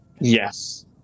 Yes